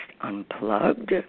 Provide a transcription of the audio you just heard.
Unplugged